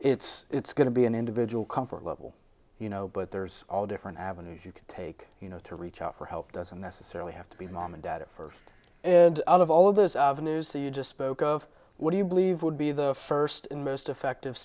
so it's going to be an individual comfort level you know but there's all different avenues you can take you know to reach out for help doesn't necessarily have to be mom and dad at first and out of all the news that you just spoke of what do you believe would be the first in most effective